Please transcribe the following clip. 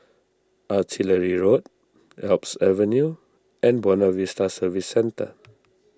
Artillery Road Alps Avenue and Buona Vista Service Centre